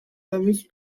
fameuse